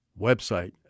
website